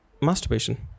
masturbation